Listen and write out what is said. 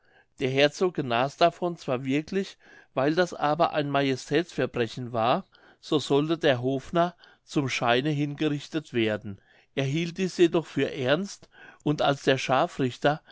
der herzog genas davon zwar wirklich weil das aber ein majestätsverbrechen war so sollte der hofnarr zum scheine hingerichtet werden er hielt dies jedoch für ernst und als der scharfrichter